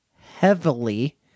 heavily